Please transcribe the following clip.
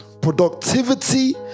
productivity